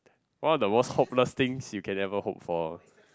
one of the most hopeless things you can ever hope for